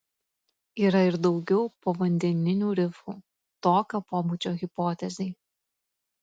yra ir daugiau povandeninių rifų tokio pobūdžio hipotezei